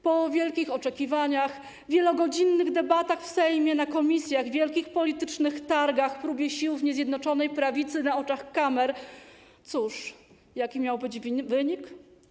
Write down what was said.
Po wielkich oczekiwaniach, wielogodzinnych debatach w Sejmie, w komisjach, po wielkich politycznych targach, próbie sił w niezjednoczonej prawicy na oczach kamer, cóż, jaki miał być wynik?